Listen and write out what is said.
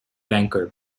banker